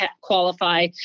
qualify